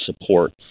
support